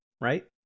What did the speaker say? right